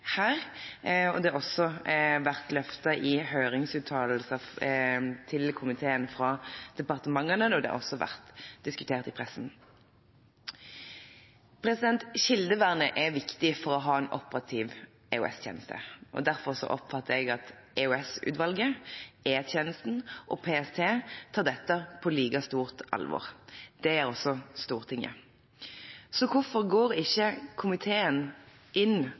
her. Det har også vært løftet fram i høringsuttalelser til komiteen fra departementene, og det har vært diskutert i pressen. Kildevernet er viktig for å ha en operativ EOS-tjeneste. Derfor oppfatter jeg at EOS-utvalget, E-tjenesten og PST tar dette på like stort alvor. Det gjør også Stortinget. Så hvorfor går ikke komiteen inn